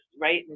right